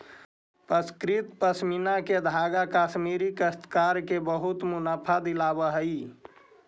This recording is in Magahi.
परिष्कृत पशमीना के धागा कश्मीरी काश्तकार के बहुत मुनाफा दिलावऽ हई